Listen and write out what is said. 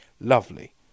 lovely